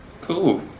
Cool